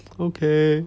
okay